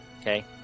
Okay